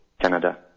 Canada